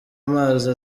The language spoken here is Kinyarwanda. amazi